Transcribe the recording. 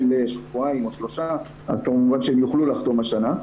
לשבועיים או שלושה אז כמובן שהן יוכלו לחתום השנה.